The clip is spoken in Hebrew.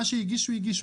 מה שהגישו, הגישו.